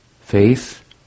faith